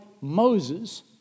Moses